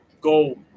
go